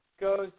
goes